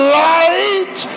light